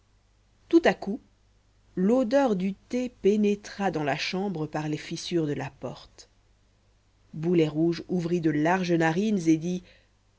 tout à coup l'odeur du thé pénétra dans la chambre par les fissures de la porte boulet rouge ouvrit de larges narines et dit